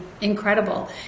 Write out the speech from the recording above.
incredible